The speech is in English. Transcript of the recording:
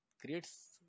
creates